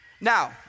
Now